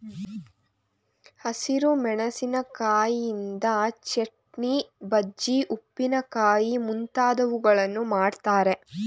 ಹಸಿರು ಮೆಣಸಿಕಾಯಿಯಿಂದ ಚಟ್ನಿ, ಬಜ್ಜಿ, ಉಪ್ಪಿನಕಾಯಿ ಮುಂತಾದವುಗಳನ್ನು ಮಾಡ್ತರೆ